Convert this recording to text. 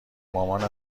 مامانم